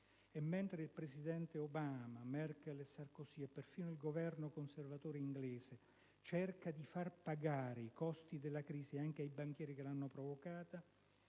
E mentre il presidente Obama, la Merkel e Sarkozy e perfino il Governo conservatore inglese cercano di far pagare i costi della crisi anche ai banchieri che l'hanno provocata,